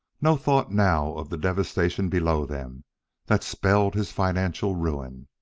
no thought now of the devastation below them that spelled his financial ruin.